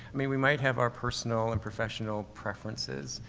i mean we might have our personal and professional preferences.